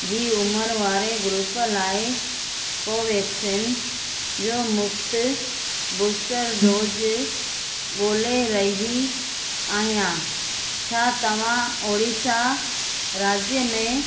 जी उमिरि वारे ग्रूप लाइ कोवोवेक्सिन जो मुफ़्तु बूस्टर डोज ॻोल्हे रही आहियां छा तव्हां ओड़ीसा राज्य में